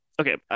okay